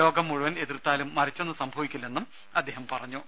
ലോകം മുഴുവൻ എതിർത്താലും മറിച്ചൊന്ന് സംഭവിക്കില്ലെന്നും അദ്ദേഹം പറഞ്ഞു